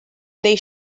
they